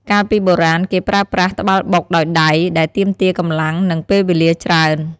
កាលពីបុរាណ គេប្រើប្រាស់ ត្បាល់បុក ដោយដៃ ដែលទាមទារកម្លាំង និងពេលវេលាច្រើន។